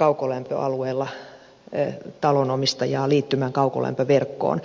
kaukolämpöalueella talonomistajaa liittymään kaukolämpöverkkoon